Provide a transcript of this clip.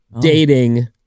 dating